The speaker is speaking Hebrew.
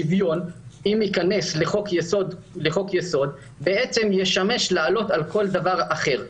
השוויון ייכנס לחוק-יסוד זה יעלה על כל דבר אחר.